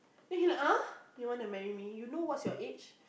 then he like uh you want to marry me you know what's your age